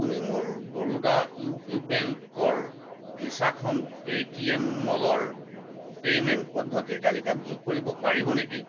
আপুনি মোৰ Baroda U P বেংকৰ ভিছাখন পে'টিএম মলৰ পে'মেণ্ট পদ্ধতিৰ তালিকাত যোগ কৰিব পাৰিব নেকি